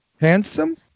handsome